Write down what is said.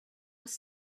was